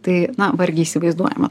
tai na vargiai įsivaizduojama